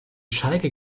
schalke